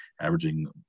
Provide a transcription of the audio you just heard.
averaging